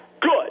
good